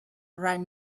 right